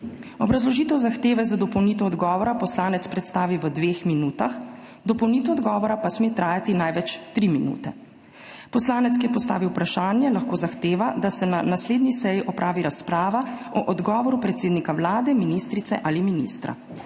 Obrazložitev zahteve za dopolnitev odgovora poslanec predstavi v dveh minutah, dopolnitev odgovora pa sme trajati največ tri minute. Poslanec, ki je postavil vprašanje, lahko zahteva, da se na naslednji seji opravi razprava o odgovoru predsednika Vlade, ministrice ali ministra-